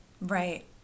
Right